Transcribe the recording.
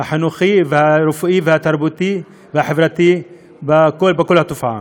החינוכי, הרפואי, התרבותי והחברתי בכל התופעה.